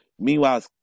Meanwhile